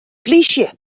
plysje